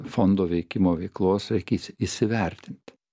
fondo veikimo veiklos reikia įsivertinti